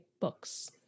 books